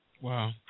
Wow